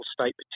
state